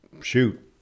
shoot